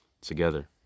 together